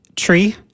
tree